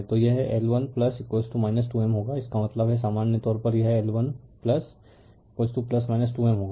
तो यह L1 2 M होगा इसका मतलब है सामान्य तौर पर यह L1 2 M होगा